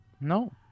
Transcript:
No